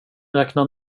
räknar